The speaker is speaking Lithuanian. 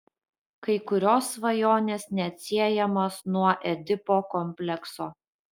kai kurios svajonės neatsiejamos nuo edipo komplekso